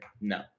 no